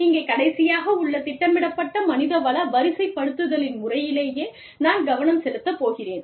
இங்கே கடைசியாக உள்ள திட்டமிடப்பட்ட மனிதவள வரிசைப்படுத்துதலின் முறையிலேயே நான் கவனம் செலுத்தப் போகிறேன்